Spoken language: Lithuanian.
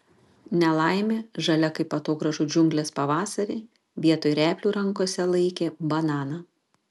nelaimė žalia kaip atogrąžų džiunglės pavasarį vietoj replių rankose laikė bananą